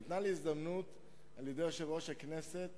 ניתנה לי הזדמנות על-ידי יושב-ראש הכנסת